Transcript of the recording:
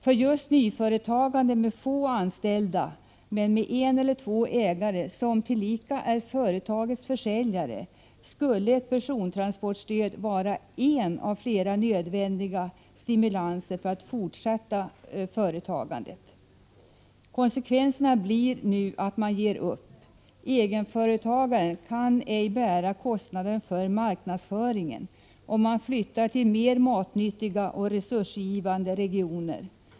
För just nya företag, med få anställda med en eller två ägare som tillika är företagets försäljare, skulle ett persontransportstöd vara en av flera nödvändiga stimulanser för att fortsätta med företagandet. Konsekvenserna blir nu att man ger upp. Egenföretagaren kan ej bära kostnaden för marknadsföringen, och man flyttar till mera matnyttiga och resursgivande regioner.